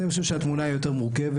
אני חושב שהתמונה יותר מורכבת,